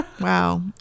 wow